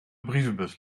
brievenbus